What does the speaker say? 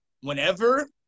Whenever